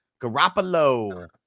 Garoppolo